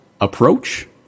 Approach